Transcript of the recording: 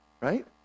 right